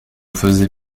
faisait